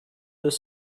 deux